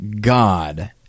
God